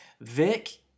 Vic